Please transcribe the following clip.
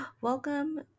Welcome